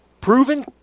Proven